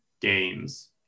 games